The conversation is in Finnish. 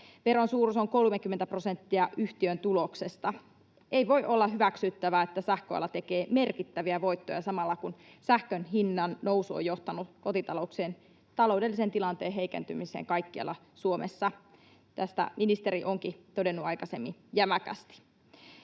Veron suuruus on 30 prosenttia yhtiön tuloksesta. Ei voi olla hyväksyttävää, että sähköala tekee merkittäviä voittoja samalla, kun sähkön hinnannousu on johtanut kotitalouksien taloudellisen tilanteen heikentymiseen kaikkialla Suomessa. Tästä ministeri onkin todennut aikaisemmin jämäkästi.